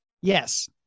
yes